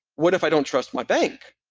what if i don't trust my bank?